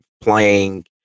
playing